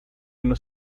nos